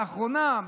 לאחרונה,